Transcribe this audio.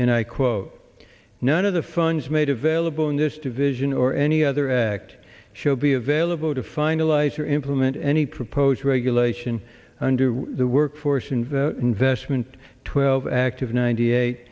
i quote none of the funds made available in this division or any other act show be available to finalize or implement any proposed regulation under the workforce investment twelve act of ninety eight